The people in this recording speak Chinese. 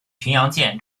巡洋舰